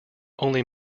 only